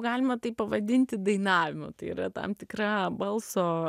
galima tai pavadinti dainavimu tai yra tam tikra balso